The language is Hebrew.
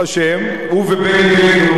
הוא ובני בגין אומרים אותו דבר,